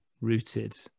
rooted